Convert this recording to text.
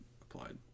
applied